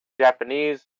Japanese